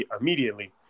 Immediately